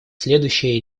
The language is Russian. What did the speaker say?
следующие